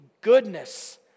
goodness